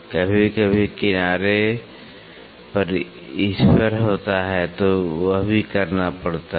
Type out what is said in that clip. कभी कभी किनारे पर इस पर होता है तो वह भी करना पड़ता है